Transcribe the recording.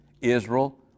Israel